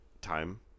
time